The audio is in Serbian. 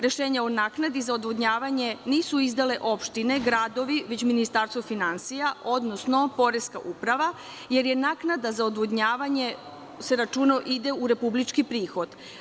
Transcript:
Rešenje o naknadi za odvodnjavanje nisu izdale opštine, gradovi, već Ministarstvo finansija, odnosno poreska uprava, jer naknada za odvodnjavanje ide u republički prihod.